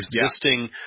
existing